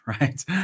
right